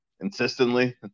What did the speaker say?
insistently